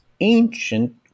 ancient